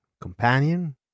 companion